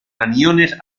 aniones